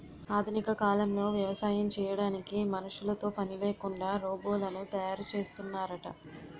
ఆధునిక కాలంలో వ్యవసాయం చేయడానికి మనుషులతో పనిలేకుండా రోబోలను తయారు చేస్తున్నారట